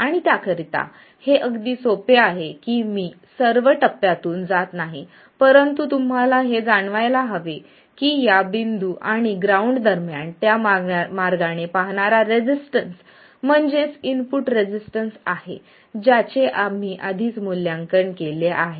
आणि त्याकरिता हे अगदी सोपे आहे की मी सर्व टप्प्यांतून जात नाही परंतु तुम्हाला हे जाणवायला हवे की या बिंदू आणि ग्राउंड दरम्यान त्या मार्गाने पाहणारा रेसिस्टन्स म्हणजेच इनपुट रेसिस्टन्स आहे ज्याचे आम्ही आधीच मूल्यांकन केले आहे